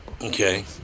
Okay